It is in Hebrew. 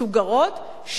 מסוגרות,